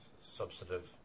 substantive